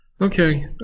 okay